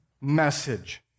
message